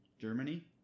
Germany